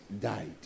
died